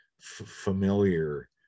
familiar